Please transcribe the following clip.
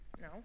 No